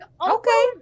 Okay